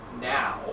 now